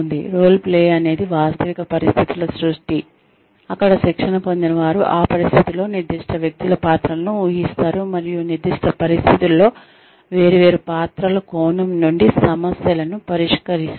role playing అనేది వాస్తవిక పరిస్థితుల సృష్టి అక్కడ శిక్షణ పొందినవారు ఆ పరిస్థితిలో నిర్దిష్ట వ్యక్తుల పాత్రలను ఊహిస్తారు మరియు నిర్దిష్ట పరిస్థితులలో వేర్వేరు పాత్రల కోణం నుండి సమస్యలను పరిష్కరిస్తారు